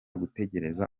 gutegereza